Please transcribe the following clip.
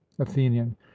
athenian